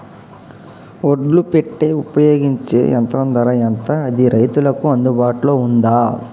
ఒడ్లు పెట్టే ఉపయోగించే యంత్రం ధర ఎంత అది రైతులకు అందుబాటులో ఉందా?